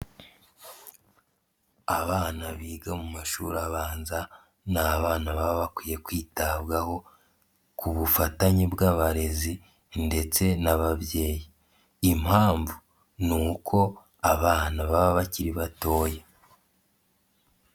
Abana biga mu mashuri abanza, ni abana baba bakwiye kwitabwaho, ku bufatanye bw'abarezi ndetse n'ababyeyi, impamvu ni uko abana baba bakiri batoya.